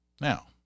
Now